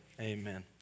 Amen